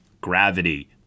Gravity